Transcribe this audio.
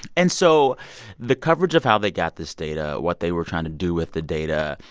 and so the coverage of how they got this data, what they were trying to do with the data,